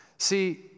See